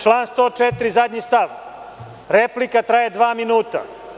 Član 104. zadnji stav – replika traje dva minuta.